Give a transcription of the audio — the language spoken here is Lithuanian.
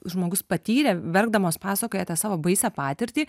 žmogus patyrė verkdamos pasakoja tą savo baisią patirtį